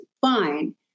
fine